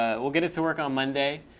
ah we'll get it to work on monday.